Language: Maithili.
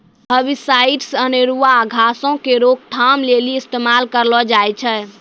हर्बिसाइड्स अनेरुआ घासो के रोकथाम लेली इस्तेमाल करलो जाय छै